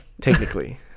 Technically